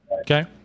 Okay